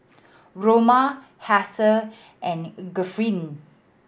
Roman Heather and Griffin